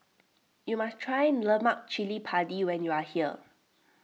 you must try Lemak Cili Padi when you are here